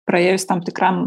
praėjus tam tikram